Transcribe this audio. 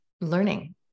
learning